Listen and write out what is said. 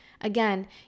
again